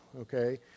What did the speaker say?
okay